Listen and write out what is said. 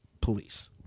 police